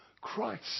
Christ